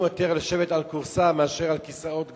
יותר לשבת על כורסה מאשר על כיסאות גבוהים,